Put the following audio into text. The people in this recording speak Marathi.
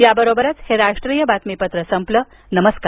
याबरोबरच हे राष्ट्रीय बातमीपत्र संपलं नमस्कार